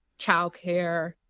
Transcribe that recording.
childcare